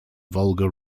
volga